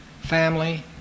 family